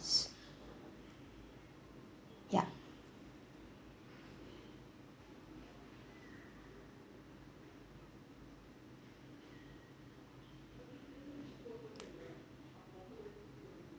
yup